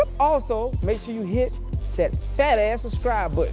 also, make sure you hit that fat ass subscribe button,